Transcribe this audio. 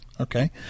okay